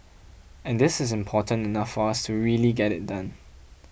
and this is important enough for us to really get it done